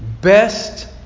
best